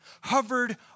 hovered